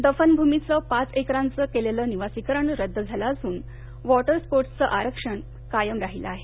दफनभुमीचं पाच एकरांचं केलेलं निवासीकरण रदद झालं असुन वॉटर स्पोटूसचं आरक्षण कायम राहिलं आहे